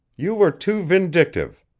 you were too vindictive.